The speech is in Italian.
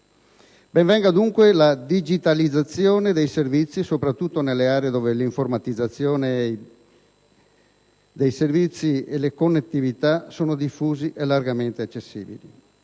Ben venga dunque la digitalizzazione dei servizi, soprattutto nelle aree dove l'informatizzazione e i servizi di connettività sono diffusi e largamente accessibili.